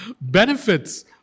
benefits